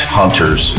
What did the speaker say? hunters